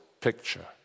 picture